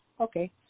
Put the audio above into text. okay